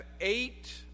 eight